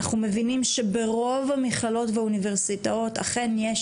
אנחנו מבינים שברוב המכללות והאוניברסיטאות אכן יש